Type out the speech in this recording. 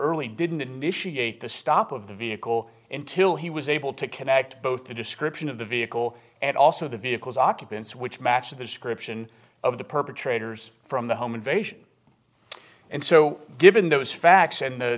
early didn't initiate the stop of the vehicle in till he was able to connect both the description of the vehicle and also the vehicles occupants which matched the description of the perpetrators from the home invasion and so given those facts and the